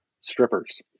strippers